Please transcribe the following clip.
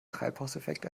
treibhauseffekt